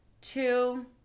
two